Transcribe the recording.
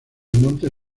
monte